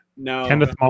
No